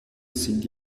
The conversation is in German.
sind